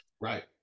Right